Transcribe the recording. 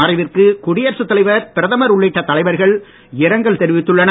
மறைவிற்கு குடியரசுத் தலைவர் பிரதமர் உள்ளிட்ட தலைவர்கள் இரங்கல் தெரிவித்துள்ளனர்